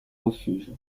refuge